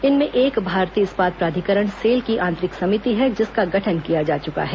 इनमें एक भारतीय इस्पात प्राधिकरण सेल की आंतरिक समिति है जिसका गठन किया जा चुका है